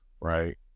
Right